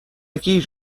گیج